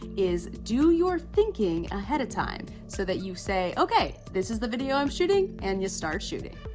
is do your thinking ahead of time. so that you say, okay, this is the video i'm shooting, and you start shooting.